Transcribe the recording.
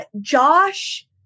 Josh